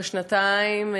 אחרי שנתיים,